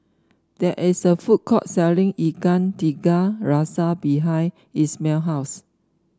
there is a food court selling Ikan Tiga Rasa behind Ismael house